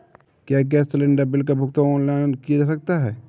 क्या gas cylinder bill का भुगतान ऑनलाइन किया जा सकता है?